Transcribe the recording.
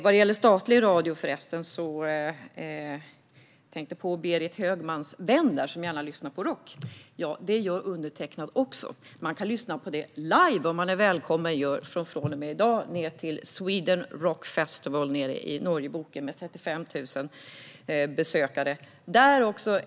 När det gäller statlig radio tänkte jag förresten på Berit Högmans vän, som gärna lyssnar på rock. Det gör undertecknad också. Om man vill lyssna live är man från och med i dag välkommen till Sweden Rock Festival nere i Norje Boke, med 35 000 besökare.